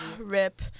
rip